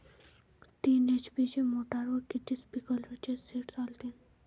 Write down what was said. तीन एच.पी मोटरवर किती स्प्रिंकलरचे सेट चालतीन?